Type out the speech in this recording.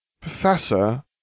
Professor